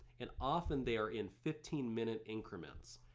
and often they are in fifteen minute increments.